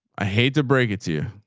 i hate to break it to you.